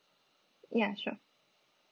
ya sure